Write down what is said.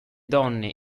donne